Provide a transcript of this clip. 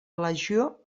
legió